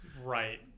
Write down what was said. right